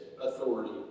authority